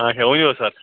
اچھا ؤنِو حظ سَر